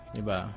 iba